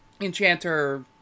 enchanter